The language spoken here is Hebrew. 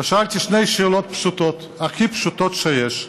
ושאלתי שתי שאלות פשוטות, הכי פשוטות שיש: